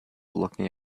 looking